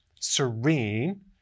serene